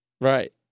Right